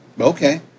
okay